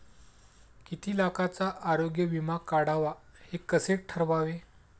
किती लाखाचा आरोग्य विमा काढावा हे कसे ठरवावे?